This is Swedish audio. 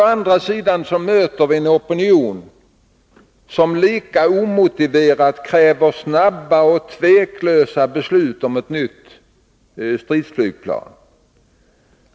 Å andra sidan möter vi en opinion som lika omotiverat kräver snabba och tveklösa beslut om ett nytt stridsflygplan.